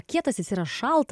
kietas jis yra šalta